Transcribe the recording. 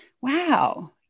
wow